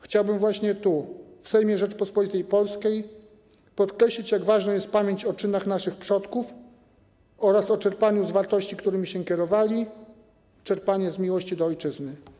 Chciałbym właśnie tu, w Sejmie Rzeczypospolitej Polskiej, podkreślić, jak ważna jest pamięć o czynach naszych przodków oraz czerpanie z wartości, którymi się kierowali, czerpanie z miłości do ojczyzny.